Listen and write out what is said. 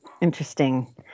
interesting